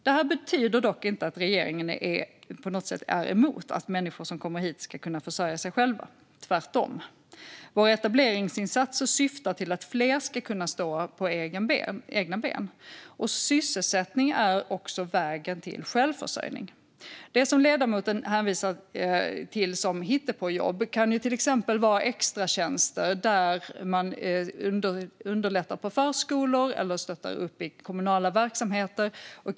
Detta betyder dock inte att regeringen på något sätt är emot att människor som kommer hit ska kunna försörja sig själva, tvärtom. Våra etableringsinsatser syftar till att fler ska kunna stå på egna ben. Sysselsättning är också vägen till självförsörjning. Det som ledamoten hänvisar till som hittepåjobb kan till exempel vara extratjänster där man underlättar på förskolor eller stöttar upp i kommunala verksamheter.